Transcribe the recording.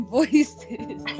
voices